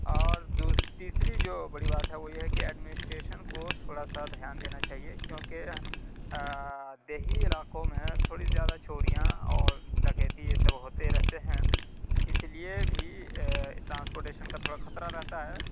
اور دوس تیسری جو بڑی بات ہے وہ یہ ہے کہ ایڈمنسٹریشن کو تھوڑا سا دھیان دینا چاہیے کیونکہ دیہی علاقوں میں تھوڑی زیادہ چوریاں اور ڈکیتی یہ سب ہوتے رہتے ہیں اس لیے بھی ٹراسپوٹیشن کا تھوڑا خطرہ رہتا ہے